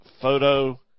photo